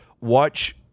Watch